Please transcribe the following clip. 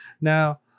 Now